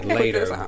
later